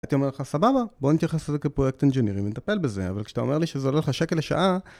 הייתי אומר לך, סבבה, בוא נתייחס לזה כפרויקט אינג'ינירי, נטפל בזה, אבל כשאתה אומר לי שזה לא לך שקל לשעה...